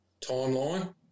timeline